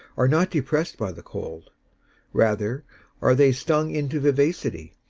are not depressed by the cold rather are they stung into vivacity,